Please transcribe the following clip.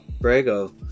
brago